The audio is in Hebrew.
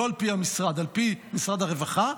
לא על פי המשרד, על פי משרד הרווחה,